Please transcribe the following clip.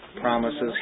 promises